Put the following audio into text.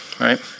right